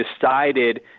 decided